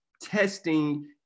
testing